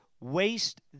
waste